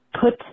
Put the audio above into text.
put